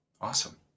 Awesome